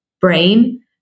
brain